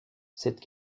cette